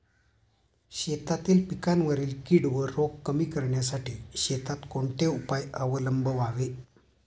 शेतातील पिकांवरील कीड व रोग कमी करण्यासाठी शेतात कोणते उपाय अवलंबावे?